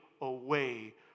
away